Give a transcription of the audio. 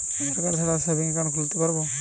আধারকার্ড ছাড়া কি savings account খুলতে পারব?